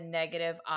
negative